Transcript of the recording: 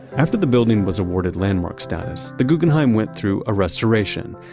after the building was awarded landmark status, the guggenheim went through a restoration,